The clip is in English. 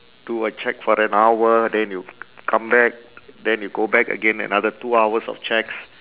to check for an hour then you c~ come back then you go back again another two hours of checks